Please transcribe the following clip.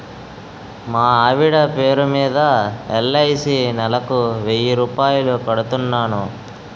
మా ఆవిడ పేరు మీద ఎల్.ఐ.సి నెలకు వెయ్యి రూపాయలు కడుతున్నాను